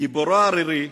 גיבורו הערירי